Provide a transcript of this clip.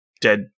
dead